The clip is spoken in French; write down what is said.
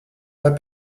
pas